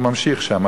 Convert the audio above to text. הוא ממשיך שם,